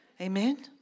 amen